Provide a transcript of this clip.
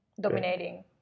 dominating